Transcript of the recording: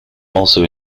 also